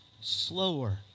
slower